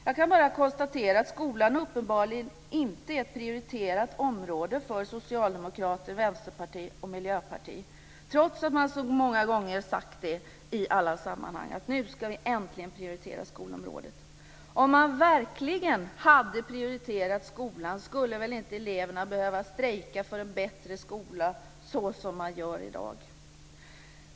Jag kan bara konstatera att skolan uppenbarligen inte är ett prioriterat område för socialdemokrater, vänsterpartister och miljöpartister, trots att man så många gånger i alla sammanhang sagt att nu ska man äntligen prioritera skolområdet. Om man verkligen hade prioriterat skolan skulle väl inte eleverna behöva strejka för en bättre skola såsom man gör i dag.